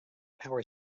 power